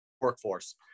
workforce